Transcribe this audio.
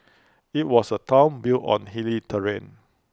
IT was A Town built on hilly terrain